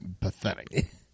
pathetic